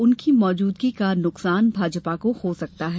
उनकी मौजदूगी का नुकसान भाजपा को हो सकता है